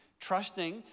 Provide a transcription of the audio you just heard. trusting